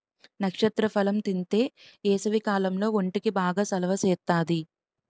నక్షత్ర ఫలం తింతే ఏసవికాలంలో ఒంటికి బాగా సలవ సేత్తాది